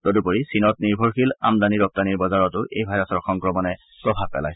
তদুপৰি চীনত নিৰ্ভৰশীল আমদানি ৰপ্তানিৰ বজাৰতো এই ভাইৰাছৰ সংক্ৰমণে প্ৰভাৱ পেলাইছে